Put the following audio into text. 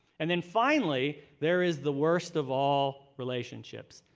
and then finally, there is the worst of all relationships,